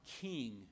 king